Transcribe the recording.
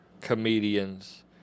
comedians